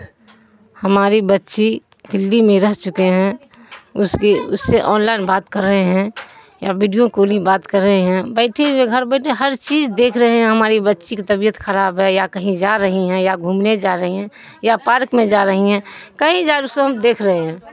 ہماری بچی دہلی میں رہ چکے ہیں اس کی اس سے آنلائن بات کر رہے ہیں یا بیڈیو کالنگ بات کر رہے ہیں بیٹھے گھر بیٹھے ہر چیز دیکھ رہے ہیں ہماری بچی کی طبیعت خراب ہے یا کہیں جا رہی ہیں یا گھومنے جا رہی ہیں یا پارک میں جا رہی ہیں کہیں جا رہے اسے ہم دیکھ رہے ہیں